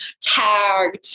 tagged